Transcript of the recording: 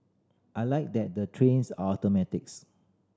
I like that the trains are automatics